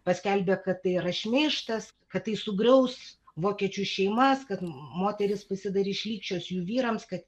paskelbė kad tai yra šmeižtas kad tai sugriaus vokiečių šeimas kad moterys pasidarys šlykščios jų vyrams kad